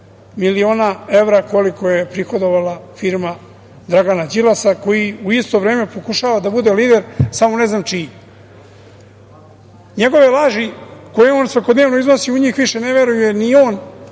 miliona evra, koliko je prihodovala firma Dragana Đilasa, koji u isto vreme pokušava da bude lider, samo ne znam čiji. Njegove laži koje on svakodnevno iznosi, u njih više ne veruje ni on,